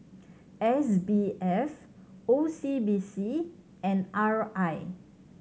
S B F O C B C and R I